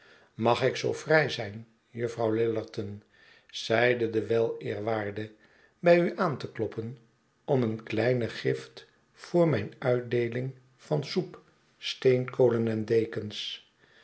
mag ik zoo vrij zijn juffrouw lillerton zeide de weleerwaarde bij u aan te kloppen om een kleine gift voor mijn uitdeeling van soep steenkolen en dekens